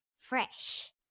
Fresh